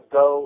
go